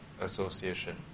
association